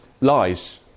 lies